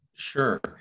Sure